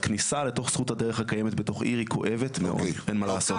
כניסה לתוך זכות הדרך הקיימת בתוך עירי היא כואבת מאוד אין מה לעשות.